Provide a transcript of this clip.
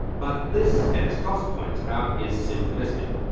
but this, as gosse points out, is simplistic.